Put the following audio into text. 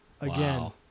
Again